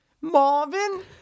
Marvin